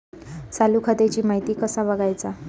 चालू खात्याची माहिती कसा बगायचा?